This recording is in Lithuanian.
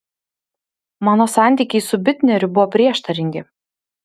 mano santykiai su bitneriu buvo prieštaringi